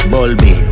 Bulby